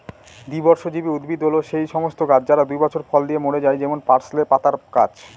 দ্বিবর্ষজীবী উদ্ভিদ হল সেই সমস্ত গাছ যারা দুই বছর ফল দিয়ে মরে যায় যেমন পার্সলে পাতার গাছ